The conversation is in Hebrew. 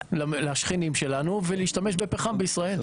לחו"ל לשכנים שלנו, ולהשתמש בפחם בישראל.